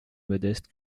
modeste